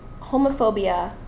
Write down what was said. homophobia